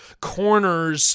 corners